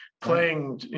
playing